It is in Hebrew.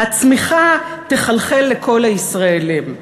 הצמיחה תחלחל לכל הישראלים,